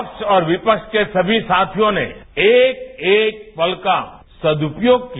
पक्ष और विपक्ष के सभी साधियों ने एक एक पल का सदुपयोग किया